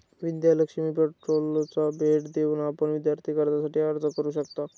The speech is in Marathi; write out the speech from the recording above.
विद्या लक्ष्मी पोर्टलला भेट देऊन आपण विद्यार्थी कर्जासाठी अर्ज करू शकता